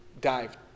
dive